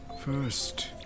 first